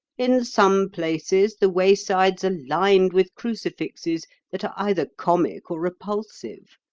in some places the waysides are lined with crucifixes that are either comic or repulsive.